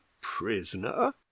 prisoner